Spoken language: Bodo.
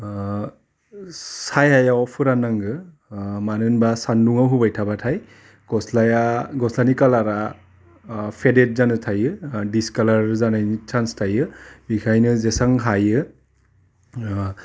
ओह सायायाव फोराननांगो ओह मानो होनबा सानदुंआव होबाय थाबाथाय गस्लाया गस्लानि खालारा अह फेलिट जानो थायो ओह दिसखालार जानायनि सान्स थायो बेखायनो जेसां हायो ओह